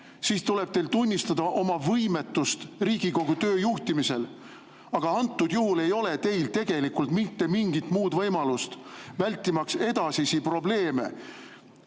siis tuleb teil tunnistada oma võimetust Riigikogu töö juhtimisel. Aga antud juhul ei ole teil tegelikult mitte mingit muud võimalust, vältimaks edasisi probleeme